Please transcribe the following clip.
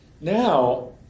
Now